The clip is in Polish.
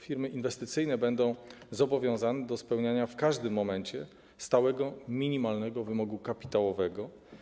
Firmy inwestycyjne będą zobowiązane do spełniania w każdym momencie stałego minimalnego wymogu kapitałowego.